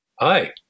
Hi